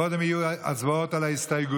קודם יהיו הצבעות על ההסתייגויות.